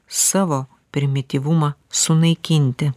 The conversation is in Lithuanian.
savo primityvumą sunaikinti